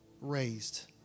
raised